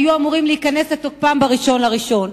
שהיו אמורים להיכנס לתוקפם ב-1 בינואר,